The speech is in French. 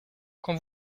quand